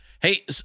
hey